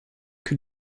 que